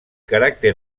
caràcter